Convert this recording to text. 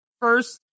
first